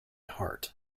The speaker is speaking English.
heart